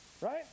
right